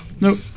Nope